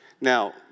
Now